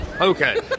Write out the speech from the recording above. Okay